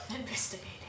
investigating